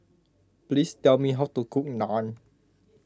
please tell me how to cook Naan